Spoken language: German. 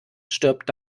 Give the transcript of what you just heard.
stirbt